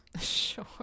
Sure